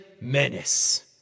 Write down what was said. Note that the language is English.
menace